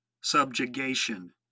subjugation